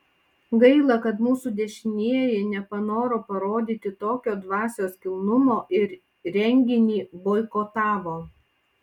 gaila kad mūsų dešinieji nepanoro parodyti tokio dvasios kilnumo ir renginį boikotavo